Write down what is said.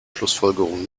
schlussfolgerung